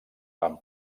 van